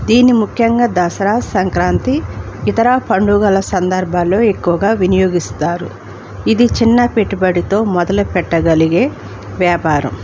దీన్ని ముఖ్యంగా దసరా సంక్రాంతి ఇతర పండుగల సందర్భాల్లో ఎక్కువగా వినియోగిస్తారు ఇది చిన్న పెట్టుబడితో మొదలు పెట్టగలిగే వ్యాపారం